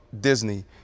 Disney